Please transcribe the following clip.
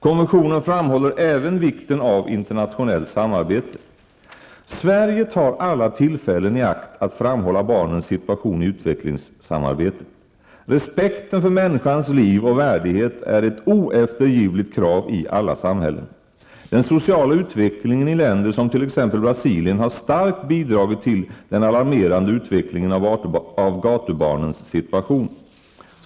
Konventionen framhåller även vikten av internationellt samarbete. Sverige tar alla tillfällen i akt att framhålla barnens situation i utvecklingssamarbetet. Respekten för människans liv och värdighet är ett oeftergivligt krav i alla samhällen. Den sociala utvecklingen i länder som t.ex. Brasilien har starkt bidragit till den alarmerande utvecklingen av gatubarnens situation.